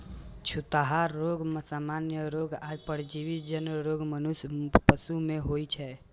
छूतहा रोग, सामान्य रोग आ परजीवी जन्य रोग मुख्यतः पशु मे होइ छै